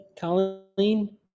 Colleen